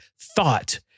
thought